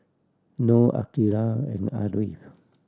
Noah Andika and Ariff